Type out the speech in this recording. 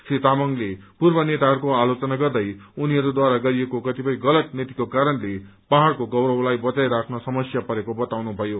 श्री तामाङले पूर्व नेताहरूको आलोचना गर्दै उनिहरूद्वारा गरिएको कतिपय गलत नीतिको कारणले पहाड़को गौरवलाई बचाई राख्न समस्या परेको बताउनु भयो